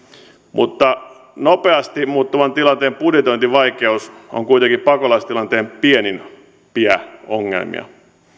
mutta nopeasti muuttuvan tilanteen budjetointivaikeus on kuitenkin pakolaistilanteen pienimpiä ongelmia